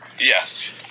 Yes